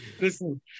Listen